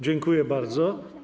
Dziękuję bardzo.